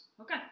Okay